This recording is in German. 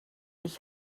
ich